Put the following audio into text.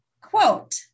Quote